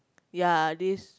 ya this